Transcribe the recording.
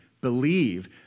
Believe